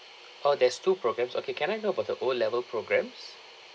oh there's two programmes okay can I know about the O level programmes